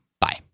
Bye